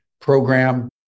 program